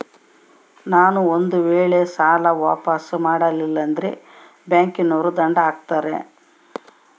ನಾನು ಒಂದು ವೇಳೆ ಸಾಲ ವಾಪಾಸ್ಸು ಮಾಡಲಿಲ್ಲಂದ್ರೆ ಬ್ಯಾಂಕನೋರು ದಂಡ ಹಾಕತ್ತಾರೇನ್ರಿ?